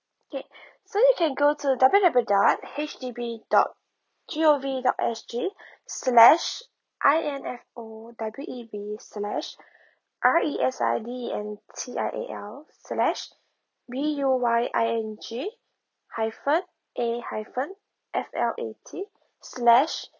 okay so you can go to W W W dot H D B dot G O V dot S G slash I N F O W E B slash R E S I D E N T I A L slash B U Y I N G hyphen any hyphen F L A T slash